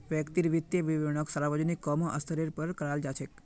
व्यक्तिर वित्तीय विवरणक सार्वजनिक क म स्तरेर पर कराल जा छेक